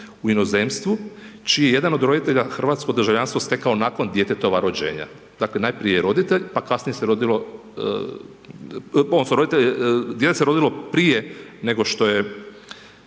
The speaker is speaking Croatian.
u inozemstvu, čiji je jedan od roditelja hrvatsko državljanstvo stekao nakon djetetova rođenja. Dakle najprije roditelj, pa kasnije se rodilo, odnosno dijete se rodilo prije nego što je,